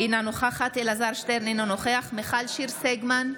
אינה נוכחת אלעזר שטרן, אינו נוכח מיכל שיר סגמן,